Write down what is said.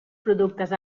productes